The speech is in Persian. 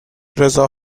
رضا